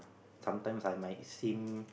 sometimes I might seem